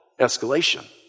escalation